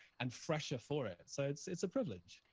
and fresher for it, so it's it's a privilege.